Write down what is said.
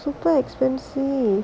super expensive